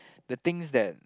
the things that